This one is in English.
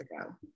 ago